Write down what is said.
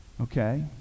Okay